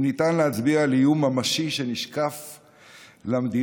אם ניתן להצביע על איום ממשי שנשקף למדינה,